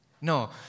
No